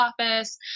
office